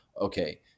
okay